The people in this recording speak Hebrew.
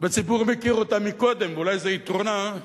והציבור מכיר אותה גם מקודם, ואולי זה יתרונה,